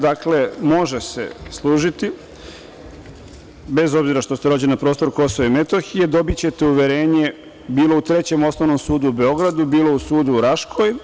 Dakle, može se služiti, bez obzira što ste rođeni na prostoru Kosova i Metohije, dobićete uverenje bilo u Trećem osnovnom sudu u Beogradu, bilo u sudu u Raškoj.